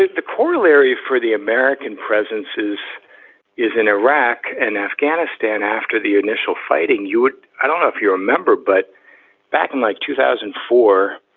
ah the corollary for the american presences is in iraq and afghanistan. after the initial fighting, you would i don't know if you remember, but back in like two thousand and four,